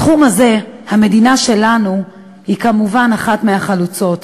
בתחום הזה המדינה שלנו היא כמובן אחת מהחלוצות: